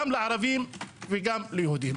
גם לערבים וגם ליהודים.